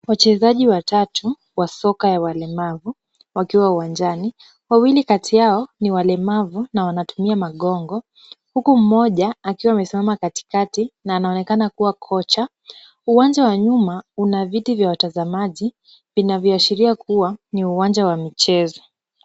Wachezaji watatu wa soka ya walemavu wakiwa uwanjani. Wawili kati yao ni walemavu na wanatumia magongo huku mmoja akiwa amesimama katikati na anaonekana kuwa kocha. Uwanja wa nyuma una viti vya watazamaji vinavyoashiria kuwa ni uwanja wa michezo.